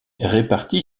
réparti